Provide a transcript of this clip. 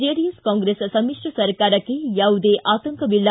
JDS Congress ಸಮಿಶ್ರ ಸರ್ಕಾರಕ್ಕೆ ಯಾವುದೇ ಆತಂಕ ಇಲ್ಲ